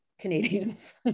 Canadians